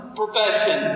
profession